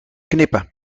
knippen